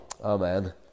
Amen